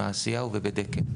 ב"מעשיהו" וב"דקל".